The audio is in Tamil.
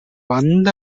வந்த